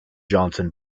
johnson